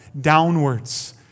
Downwards